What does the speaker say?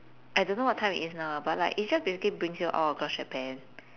I don't know what time it is now ah but it just basically brings you across japan